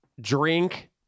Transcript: drink